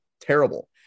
terrible